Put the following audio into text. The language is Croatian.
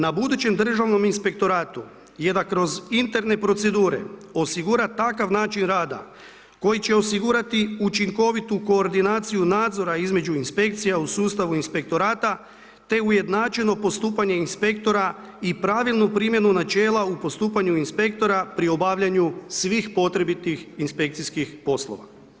Na budućem Državnom inspektoratu je da kroz interne procedure osigura takav način rada koji će osigurati učinkovitu koordinaciju nadzora između inspekcija u sustavu inspektorata te ujednačeno postupanje inspektora i pravilnu primjenu načela u postupanju inspektora pri obavljanju svih potrebitih inspekcijskih poslova.